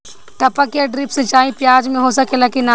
टपक या ड्रिप सिंचाई प्याज में हो सकेला की नाही?